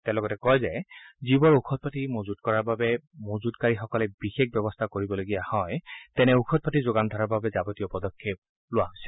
তেওঁ লগতে কয় যে যিবোৰ ঔষধপাতি মজুত কৰাৰ বাবে মজুতকাৰীসকলে বিশেষ ব্যৱস্থা কৰিবলগীয়া হয় তেনে ঔষধপাতি যোগন ধৰাৰ বাবে যাৱতীয় পদক্ষেপ লোৱা হৈছে